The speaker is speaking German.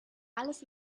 alles